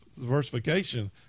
diversification